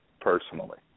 personally